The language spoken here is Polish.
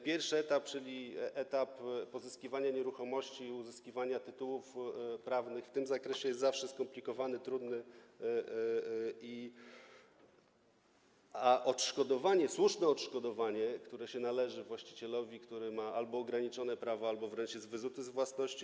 Pierwszy etap, czyli etap pozyskiwania nieruchomości i uzyskiwania tytułów prawnych w tym zakresie, jest zawsze skomplikowany, trudny, a odszkodowanie, słuszne odszkodowanie, które się należy właścicielowi, który albo ma ograniczone prawa, albo wręcz jest wyzuty z własności.